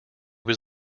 was